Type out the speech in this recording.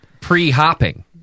pre-hopping